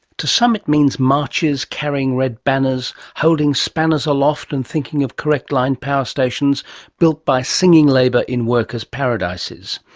to some it means marches carrying red banners, holding spanners aloft and thinking of correct-line power stations built by singing labour in workers' paradises.